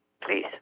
please